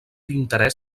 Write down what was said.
interès